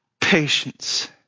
Patience